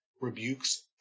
rebukes